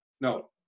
No